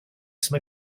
some